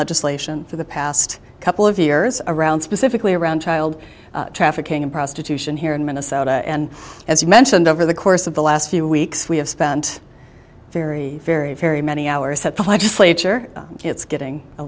legislation for the past couple of years around specifically around child trafficking and prostitution here in minnesota and as you mentioned over the course of the last few weeks we have spent very very very many hours at the legislature it's getting a